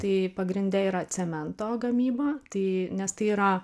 tai pagrinde yra cemento gamyba tai nes tai yra